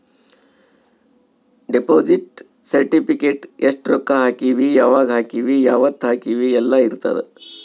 deposit certificate ಎಸ್ಟ ರೊಕ್ಕ ಹಾಕೀವಿ ಯಾವಾಗ ಹಾಕೀವಿ ಯಾವತ್ತ ಹಾಕೀವಿ ಯೆಲ್ಲ ಇರತದ